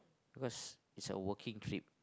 because is a working trip